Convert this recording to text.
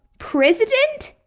president?